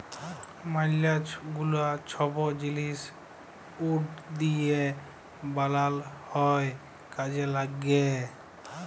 ম্যালা গুলা ছব জিলিস উড দিঁয়ে বালাল হ্যয় কাজে ল্যাগে